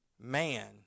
man